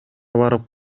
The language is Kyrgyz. барып